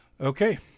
Okay